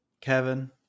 Kevin